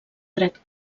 dret